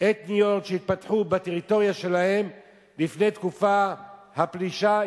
אתניות שהתפתחו בטריטוריה שלהן לפני תקופת הפלישה.